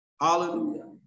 Hallelujah